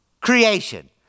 creation